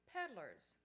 Peddlers